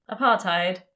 apartheid